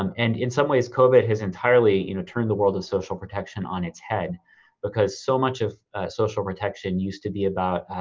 um and in some ways covid has entirely you know turned the world of social protection on its head because so much of a social protection used to be about,